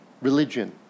Religion